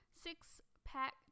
Six-pack